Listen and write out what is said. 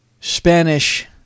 Spanish